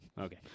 Okay